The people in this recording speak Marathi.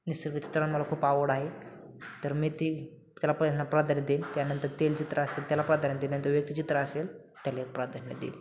निसर्गचित्र मला खूप आवड आहे तर मी ती त्याला प्रा प्राधान्य देईल त्यानंतर तैलचित्र असेल त्याला प्राधान्य देईल नंतर व्यक्तीचित्र असेल त्याला प्राधान्य देईल